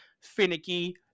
finicky